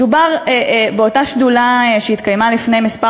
דובר באותה שדולה שהתקיימה לפני כמה